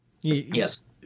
Yes